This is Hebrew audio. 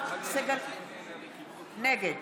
נגד